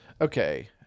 Okay